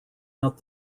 out